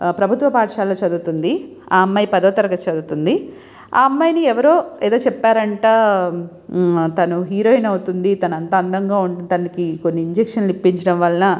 ప్రభుత్వ పాఠశాలలో చదువుతుంది ఆ అమ్మాయి పదో తరగతి చదువుతుంది ఆ అమ్మాయిని ఎవరో ఏదో చెప్పారంట తను హీరోయిన్ అవుతుంది తనంత అందంగా ఉంటుంది తనకి కొన్నిఇంజెక్షన్లు ఇప్పించడం వలన